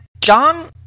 John